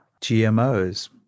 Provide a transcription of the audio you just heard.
gmos